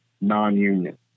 non-union